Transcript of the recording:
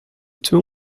two